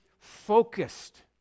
focused